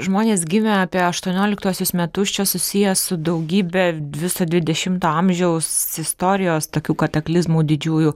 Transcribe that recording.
žmonės gimę apie aštuonioliktuosius metus čia susiję su daugybe viso dvidešimto amžiaus istorijos tokių kataklizmų didžiųjų